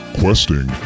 questing